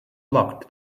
locked